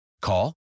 Call